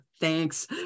Thanks